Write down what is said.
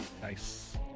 Nice